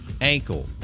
Ankle